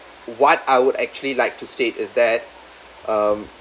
what I would actually like to state is that um